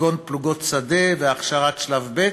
כגון פלוגות שדה והכשרה שלב ב'